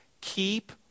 keep